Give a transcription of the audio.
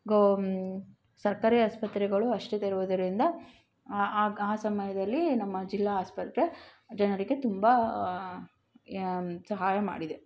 ಗೋ ಸರ್ಕಾರಿ ಆಸ್ಪತ್ರೆಗಳು ಅಷ್ಟೇ ತೆರೆವುದರಿಂದ ಆ ಸಮಯದಲ್ಲಿ ನಮ್ಮ ಜಿಲ್ಲಾ ಆಸ್ಪತ್ರೆ ಜನರಿಗೆ ತುಂಬ ಸಹಾಯ ಮಾಡಿದೆ